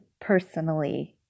personally